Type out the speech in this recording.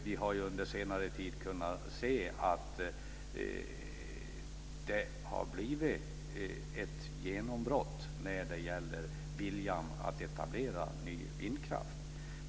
Vi har under senare tid kunnat se att det har blivit ett genombrott för viljan att etablera ny vindkraft.